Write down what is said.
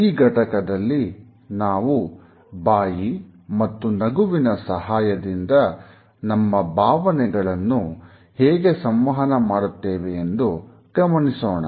ಈ ಘಟಕದಲ್ಲಿ ನಾವು ಬಾಯಿ ಮತ್ತು ನಗುವಿನ ಸಹಾಯದಿಂದ ನಮ್ಮ ಭಾವನೆಗಳನ್ನು ಹೇಗೆ ಸಂವಹನ ಮಾಡುತ್ತೇವೆ ಎಂದು ಗಮನಿಸೋಣ